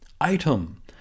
Item